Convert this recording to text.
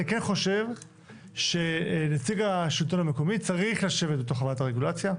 אני כן חושב שנציג השלטון המקומי צריך לשבת בתוך ועדת הרגולציה.